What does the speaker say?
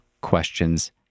questions